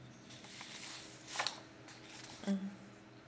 um